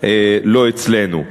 לא אצלנו.